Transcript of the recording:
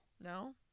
no